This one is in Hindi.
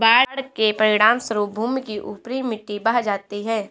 बाढ़ के परिणामस्वरूप भूमि की ऊपरी मिट्टी बह जाती है